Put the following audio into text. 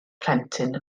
plentyn